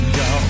go